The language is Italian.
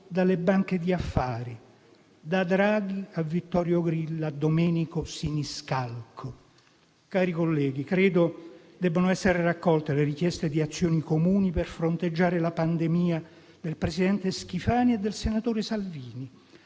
dalle banche di affari, da Mario Draghi a Vittorio Grilli e a Domenico Siniscalco. Cari colleghi, credo che debbano essere raccolte le richieste di azioni comuni per fronteggiare la pandemia del presidente Schifani e del senatore Salvini,